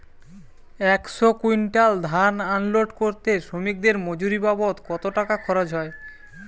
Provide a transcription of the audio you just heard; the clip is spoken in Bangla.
একশো কুইন্টাল ধান আনলোড করতে শ্রমিকের মজুরি বাবদ কত টাকা খরচ হয়?